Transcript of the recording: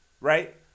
right